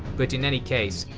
but in any case,